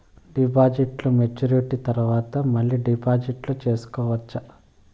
డిపాజిట్లు మెచ్యూరిటీ తర్వాత మళ్ళీ డిపాజిట్లు సేసుకోవచ్చా?